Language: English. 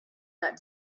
that